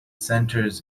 centres